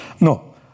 No